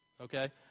okay